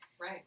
Right